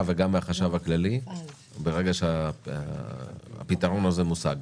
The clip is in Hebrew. וגם מן החשב הכללי כאשר הפתרון הזה יושג.